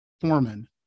foreman